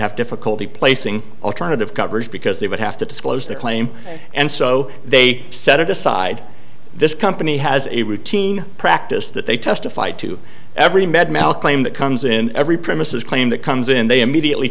have difficulty placing alternative coverage because they would have to disclose their claim and so they set it aside this company has a routine practice that they testify to every med mal claim that comes in every premises claim that comes in they immediately